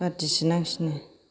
बाद्दिसो नांसिनो